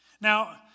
Now